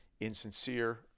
insincere